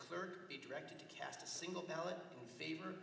clerk be directed to cast a single ballot in favor